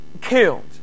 killed